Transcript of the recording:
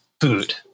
food